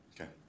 Okay